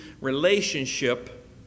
relationship